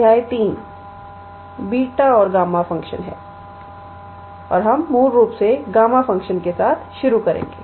अध्याय 3 बीटा और gamma function है और हम मूल रूप से गामा फ़ंक्शन के साथ शुरू करेंगे